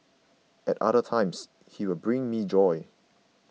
at other times he will bring me joy